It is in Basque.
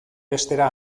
bestera